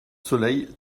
soleil